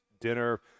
dinner